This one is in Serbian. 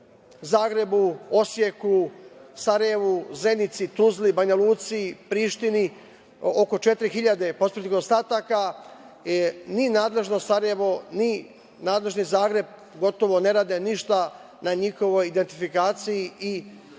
Zagrebu, Osjeku, Sarajevu, Zenici, Tuzli, Banja Luci, Prištini, oko 4.000 posmrtnih ostataka. Ni nadležno Sarajevo, ni nadležni Zagreb gotovo ne rade ništa na njihovoj identifikaciji i predaju